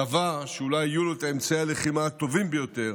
צבא שאולי יהיו לו אמצעי הלחימה הטובים ביותר